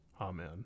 Amen